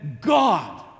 God